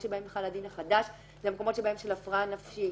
שבהם החל הדין החדש אלה מקומות של הפרעה נפשית,